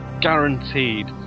guaranteed